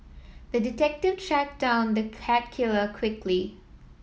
the detective tracked down the cat killer quickly